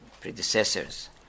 predecessors